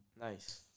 nice